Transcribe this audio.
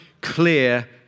clear